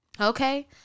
Okay